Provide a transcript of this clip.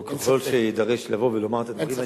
או ככל שאדרש לבוא ולומר את הדברים, אין ספק.